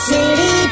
City